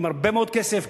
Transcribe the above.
עם הרבה מאוד כסף,